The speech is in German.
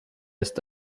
ist